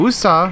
Usa